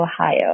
Ohio